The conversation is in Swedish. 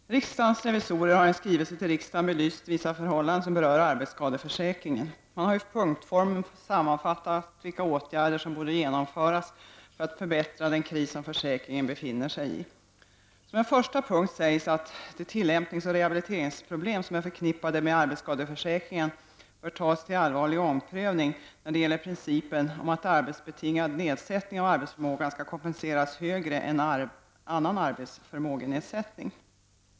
Herr talman! Riksdagens revisorer har i en skrivelse till riksdagen belyst vissa förhållanden som berör arbetsskadeförsäkringen. Man har i punktform sammanfattat vilka åtgärder som borde genomföras för att förbättra den kris som försäkringen befinner sig i. Som en första punkt sägs att de tillämpningsoch rehabiliteringsproblem som är förknippade med arbetsskadeförsäkringen bör tas till allvarlig omprövning när det gäller principen om att arbetsbetingad nedsättning av arbetsförmågan skall kompenseras högre än annan arbetsförmågenedsättning.